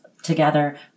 together